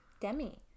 demi